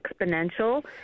exponential